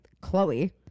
chloe